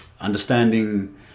Understanding